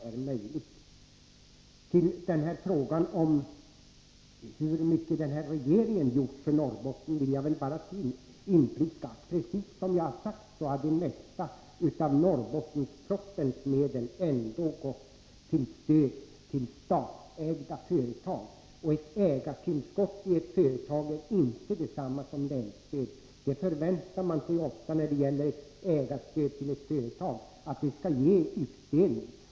Nr 58 När det gäller frågan om hur mycket regeringen gjort för Norrbotten vill Torsdagen den jag upprepa, att det mesta av de medel som anslogs genom 12 januari 1984 Norrbottenspropositionen ändå gått till stöd till statsägda företag, och ett ägartillskott i ett företag är inte detsamma som länsstöd. Man förväntar sig ju z År Ad a - j Om industriofta a Sgarstöd till ett företag skall ge utdelning.